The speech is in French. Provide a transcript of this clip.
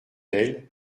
elle